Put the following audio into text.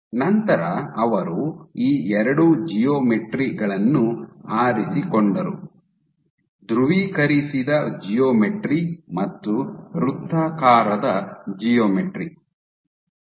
ನಂತರ ಅವರು ಧ್ರುವೀಕರಿಸಿದ ಜಿಯೋಮೆಟ್ರಿ ಮತ್ತು ವೃತ್ತಾಕಾರದ ಜಿಯೋಮೆಟ್ರಿ ಎಂಬ ಎರಡು ಜಿಯೋಮೆಟ್ರಿ ಗಳನ್ನು ಆರಿಸಿಕೊಂಡರು